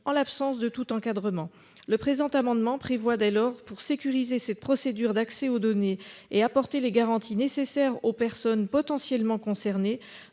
en l'absence de tout encadrement le présent amendement prévoit dès lors pour sécuriser cette procédure d'accès aux données et apporter les garanties nécessaires aux personnes potentiellement concernées